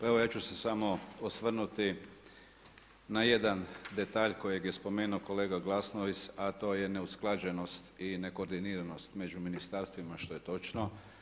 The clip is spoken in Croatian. Evo ja ću se samo osvrnuti na jedan detalj kojeg je spomenuo kolega Glasnović, a to je neusklađenost i nekoordiniranost među ministarstvima što je točno.